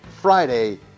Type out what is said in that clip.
Friday